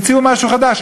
תארו לעצמכם,